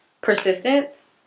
persistence